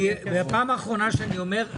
זאת הפעם האחרונה שאני אומר.